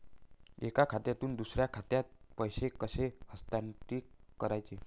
एका खात्यातून दुसऱ्या खात्यात पैसे कसे हस्तांतरित करायचे